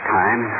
time